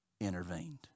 intervened